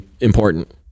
important